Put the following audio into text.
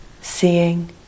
seeing